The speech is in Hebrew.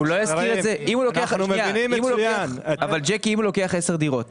אם הוא לוקח עשר דירות,